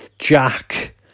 Jack